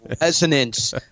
resonance